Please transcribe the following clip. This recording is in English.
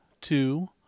two